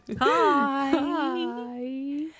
Hi